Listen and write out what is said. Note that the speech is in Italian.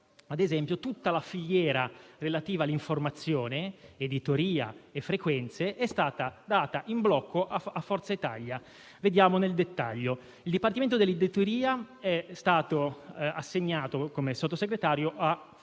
Ad esempio, tutta la filiera relativa all'informazione (editoria e frequenze) è stata data in blocco a Forza Italia. Vediamo nel dettaglio: il Dipartimento per l'informazione e l'editoria è stato assegnato ad un Sottosegretario